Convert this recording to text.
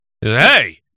Hey